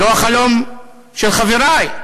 לא החלום של חברי,